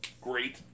great